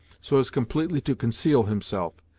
so as completely to conceal himself,